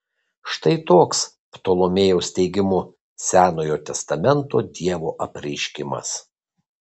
štai toks ptolomėjaus teigimu senojo testamento dievo apreiškimas